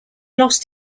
lost